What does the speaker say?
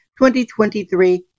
2023